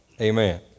amen